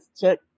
check